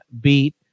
beat